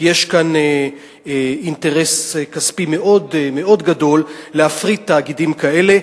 כי יש כאן אינטרס כספי מאוד גדול להפריט תאגידים כאלה.